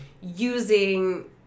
using